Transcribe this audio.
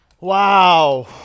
Wow